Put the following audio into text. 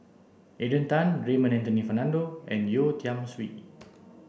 Adrian Tan Raymond Anthony Fernando and Yeo Tiam Siew